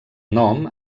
nom